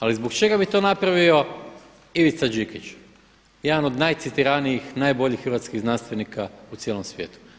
Ali zbog čega bi to napravio Ivica Đikić, jedan od najcitiranijih, najboljih hrvatskih znanstvenika u cijelom svijetu.